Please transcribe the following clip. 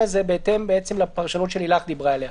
הזה בהתאם לפרשנות שלילך דיברה עליה.